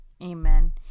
Amen